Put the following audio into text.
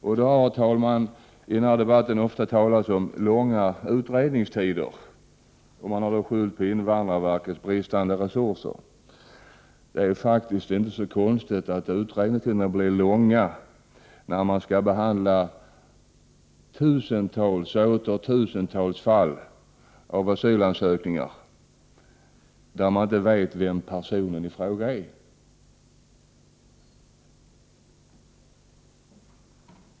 Det har i den här debatten, herr talman, ofta talats om långa utredningstider. Man har då skyllt på den brist på resurser som invandrarverket har. Det är faktiskt inte konstigt att utredningstiderna blir långa när man skall behandla tusentals och åter tusentals fall av asylansökningar där man inte vet vem personen i fråga är.